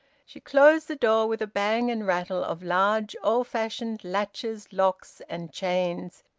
she closed the door with a bang and rattle of large old-fashioned latches, locks, and chains,